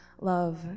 love